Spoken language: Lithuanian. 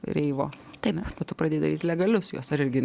reivo tai o tu pradėjai daryt legalius juos ar irgi